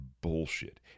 bullshit